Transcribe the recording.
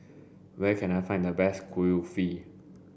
where can I find the best Kulfi